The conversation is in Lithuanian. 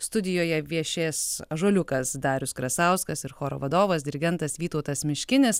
studijoje viešės ąžuoliukas darius krasauskas ir choro vadovas dirigentas vytautas miškinis